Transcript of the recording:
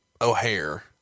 o'hare